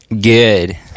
Good